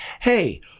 Hey